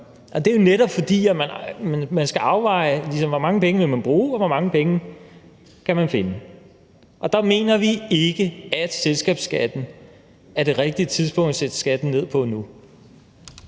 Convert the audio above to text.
det er netop, fordi man skal afveje, hvor mange penge man vil bruge, og hvor mange penge man kan finde. Der mener vi ikke, at det nu er det rigtige tidspunkt at sætte selskabsskatten ned. Kl.